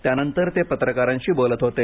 त्यानंतर ते पत्रकारांशी बोलत होते